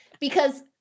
because-